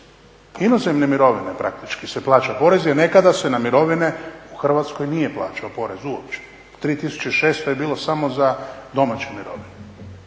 Inozemne mirovine praktički se plaća porez, a nekada se na mirovine u Hrvatskoj nije plaćao porez uopće. 3600 je bilo samo za domaće mirovine,